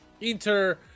inter